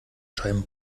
scheiben